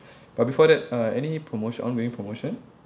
but before that uh any promotion ongoing promotion